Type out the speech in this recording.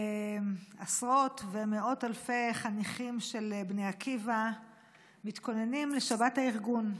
עשרות ומאות אלפי חניכים של בני עקיבא מתכוננים לשבת הארגון.